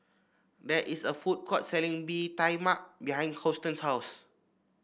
there is a food court selling Bee Tai Mak behind Houston's house